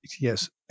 Yes